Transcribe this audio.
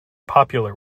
popular